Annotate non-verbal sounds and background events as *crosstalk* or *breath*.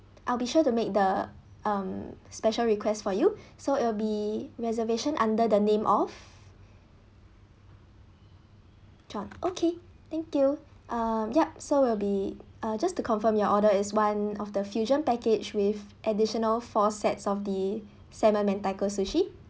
I'll be sure to make the um special request for you *breath* so it'll be reservation under the name of chan okay thank you uh yup so will be uh just to confirm your order is one of the fusion package with additional four sets of the salmon mentaiko sushi